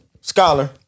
Scholar